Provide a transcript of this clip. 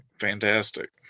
Fantastic